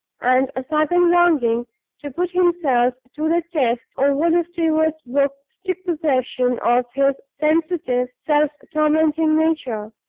and a sudden longing to put himself to the test over the steward's books took possession of his sensitive self-tormenting nature.